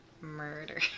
Murder